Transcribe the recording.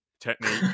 technique